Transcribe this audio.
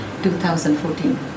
2014